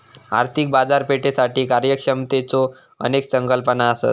आर्थिक बाजारपेठेसाठी कार्यक्षमतेच्यो अनेक संकल्पना असत